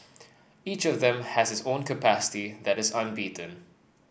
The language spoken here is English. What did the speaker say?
each of them has his own capacity that is unbeaten